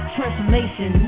Transformation